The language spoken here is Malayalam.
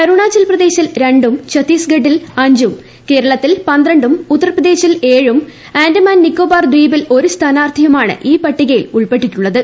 അരുണാചൽപ്രദേശിൽ രണ്ടും ഛത്തീസ്ഗഡിൽ അഞ്ചും കേരളത്തിൽ പന്ത്രണ്ടും ഉത്തർപ്രദേശിൽ ഏഴും ആൻഡമാൻ നിക്കോബാർ ദ്വീപിൽ ഒരു സ്ഥാനാർത്ഥിയുമാണ് ഈ പട്ടികയിൽ ഉൾപ്പെട്ടിട്ടുള്ളത്